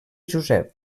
josep